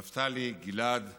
נפתלי, גיל-עד ואיל,